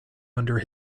under